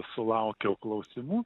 sulaukiau klausimų